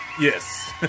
yes